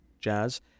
jazz